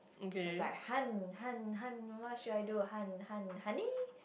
it was like han han han what should I do han han honey